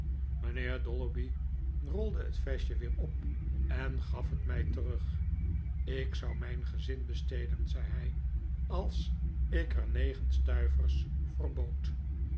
mijnheer dolloby rolde het vestje weer op en gaf het mij terug ik zou mijn gezin bestelen zei hij als ik er negen stuivers voor